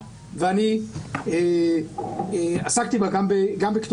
ואני גם כמובן אשמח אם יש לך הצעה